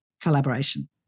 Collaboration